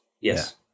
Yes